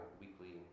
weekly